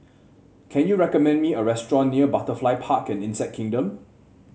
can you recommend me a restaurant near Butterfly Park and Insect Kingdom